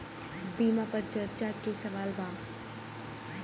बीमा पर चर्चा के सवाल बा?